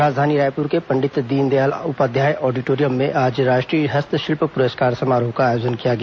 राजधानी रायपुर के पंडित दीनदयाल उपाध्याय ऑडिटोरिम में आज राष्ट्रीय हस्तशिल्प पुरस्कार समारोह का आयोजन किया गया